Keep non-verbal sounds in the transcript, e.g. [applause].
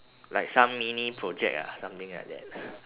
like some mini project ah something like that [breath]